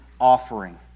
offering